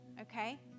Okay